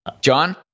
John